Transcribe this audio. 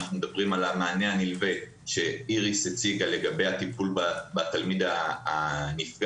על המענה הנלווה שאיריס הציגה לגבי הטיפול בתלמיד הנפגע.